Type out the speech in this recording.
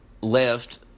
left